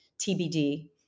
TBD